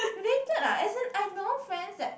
related ah as in I know friends that